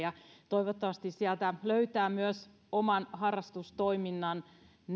toivottavasti sieltä löytävät myös oman harrastustoiminnan ne e